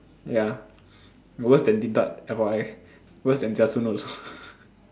ya worse than Din-Tat F_Y_I worse than Jia Chun also